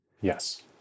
Yes